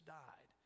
died